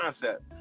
concept